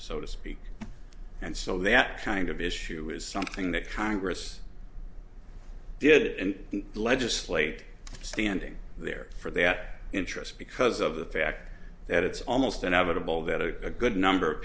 so to speak and so that kind of issue is something that congress did and legislate standing there for that interest because of the fact that it's almost inevitable that a good number of